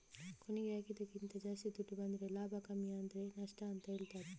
ಕೊನೆಗೆ ಹಾಕಿದ್ದಕ್ಕಿಂತ ಜಾಸ್ತಿ ದುಡ್ಡು ಬಂದ್ರೆ ಲಾಭ ಕಮ್ಮಿ ಆದ್ರೆ ನಷ್ಟ ಅಂತ ಹೇಳ್ತಾರೆ